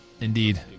Indeed